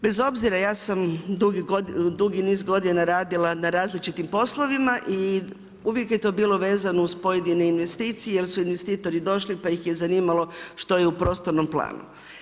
Bez obzira ja sam dugi niz godina radila na različitim poslovima i uvijek je to bilo vezano uz pojedine investicije jer su investitori došli pa ih je zanimalo što je u prostornom planu.